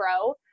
grow